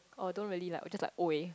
or don't really like or just like !oi!